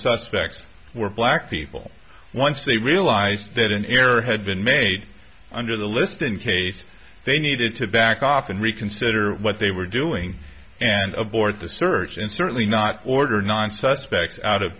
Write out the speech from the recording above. suspects were black people once they realized that an error had been made under the list in case they needed to back off and reconsider what they were doing and of board the search and certainly not order non suspect out of